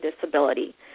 disability